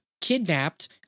kidnapped